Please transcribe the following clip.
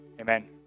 amen